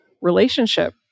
relationship